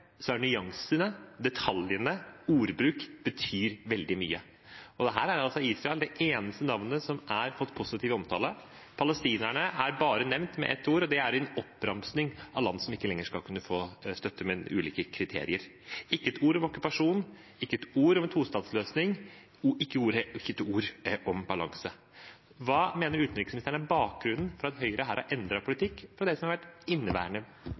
nyansene, detaljene og ordbruk veldig mye. Og her er altså Israel det eneste landet som har fått positiv omtale. Palestinerne er bare nevnt med ett ord, og det er i en oppramsing av land som ikke lenger skal kunne få støtte, med ulike kriterier. Det er ikke ett ord om okkupasjon, ikke ett ord om en tostatsløsning og ikke ett ord om balanse. Hva mener utenriksministeren er bakgrunnen for at Høyre her har endret politikk fra det som har vært